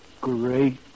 great